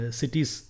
cities